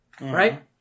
right